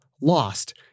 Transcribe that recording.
lost